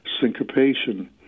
syncopation